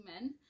men